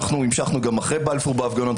אנחנו המשכנו גם אחרי בלפור בהפגנות.